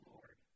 Lord